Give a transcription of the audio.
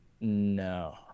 No